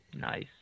nice